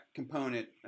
component